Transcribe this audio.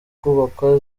kubakwa